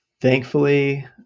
Thankfully